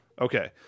Okay